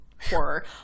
horror